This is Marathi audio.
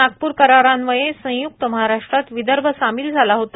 नागप्र करारान्वये संय्क्त महाराष्ट्रात विदर्भ सामील झाला होता